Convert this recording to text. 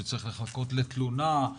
שצריך לחכות לתלונה,